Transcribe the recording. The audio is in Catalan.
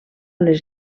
les